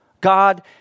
God